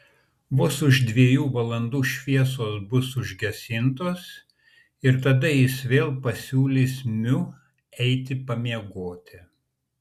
vos už dviejų valandų šviesos bus užgesintos ir tada jis vėl pasiūlys miu eiti pamiegoti